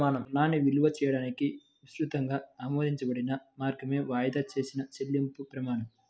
రుణాన్ని విలువ చేయడానికి విస్తృతంగా ఆమోదించబడిన మార్గమే వాయిదా వేసిన చెల్లింపు ప్రమాణం